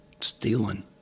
stealing